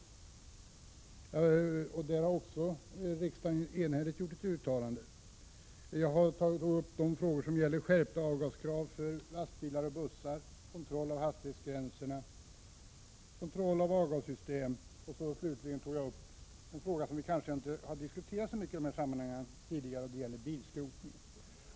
Även i denna fråga har riksdagen enhälligt gjort ett uttalande. Jag tog upp de frågor som gäller skärpning av avgaskraven för lastbilar och bussar. Jag tog även upp kontrollen av hastighetsgränserna, kontrollen av avgassystem, och slutligen tog jag upp en fråga som vi kanske inte har diskuterat så mycket i dessa sammanhang tidigare, nämligen bilskrotningen.